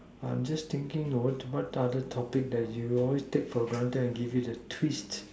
I'm just thinking a word to what other topic you always take for granted and give it a twist